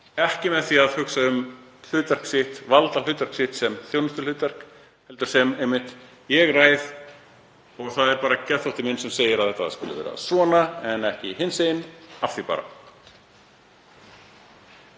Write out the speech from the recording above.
ekki með því að hugsa um valdshlutverk sitt sem þjónustu heldur bara: Ég ræð. Það er bara geðþótti minn sem segir að þetta skuli vera svona en ekki hinsegin. Af því bara.